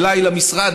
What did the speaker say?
אליי למשרד,